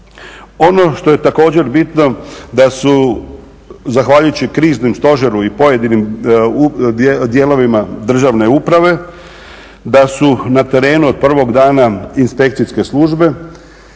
Ono što je također bitno da su zahvaljujući kriznom stožeru i pojedinim dijelovima državne uprave, da su na terenu od prvog dana inspekcijske službe